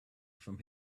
from